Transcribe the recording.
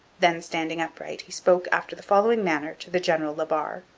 then standing upright he spoke after the following manner to the general la barre,